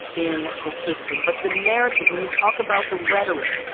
in the system, but the narrative, when you talk about the rhetoric,